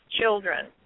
children